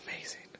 amazing